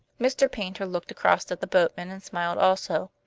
mr. paynter looked across at the boatman and smiled also.